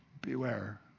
Beware